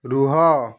ରୁହ